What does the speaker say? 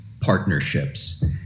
partnerships